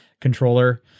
controller